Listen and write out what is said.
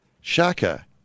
Shaka